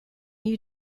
you